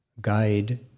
guide